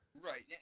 Right